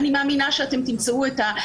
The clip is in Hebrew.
אני מאמינה שאתם תמצאו את זה.